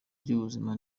ry’ubuzima